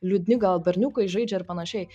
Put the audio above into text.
liūdni gal berniukai žaidžia ir panašiai